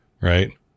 right